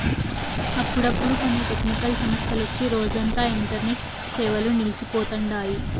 అప్పుడప్పుడు కొన్ని టెక్నికల్ సమస్యలొచ్చి రోజంతా ఇంటర్నెట్ సేవలు నిల్సి పోతండాయి